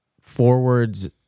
forwards